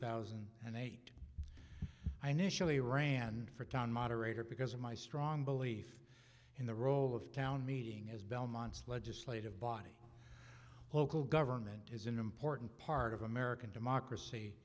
thousand and eight i nationally ran for town moderator because of my strong belief in the role of town meeting is belmont's legislative body local government is an important part of american democracy